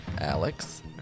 Alex